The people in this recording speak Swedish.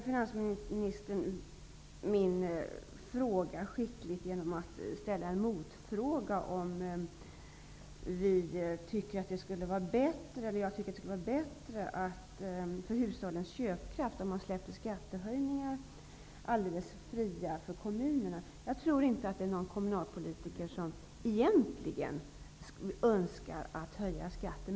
Finansministern undvek skickligt min fråga genom att ställa motfrågan, om jag tycker att det skulle vara bättre för hushållens köpkraft om man släppte skattehöjningar fria för kommunerna. Jag tror inte att det är någon kommunalpolitiker som egentligen önskar höja skatten.